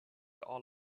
all